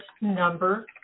number